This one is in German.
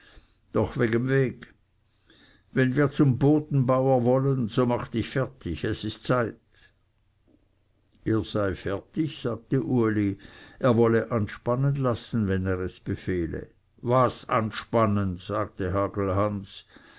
doch wegem weg wenn wir zum bodenbauer wollen so mach dich fertig es ist zeit er sei fertig sagte uli er wolle anspannen lassen wenn er es befehle was anspannen sagte